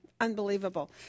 Unbelievable